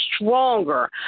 stronger